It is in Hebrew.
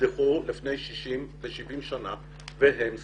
נקדחו לפני 60 ו-70 שנים והם זקנים.